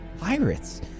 Pirates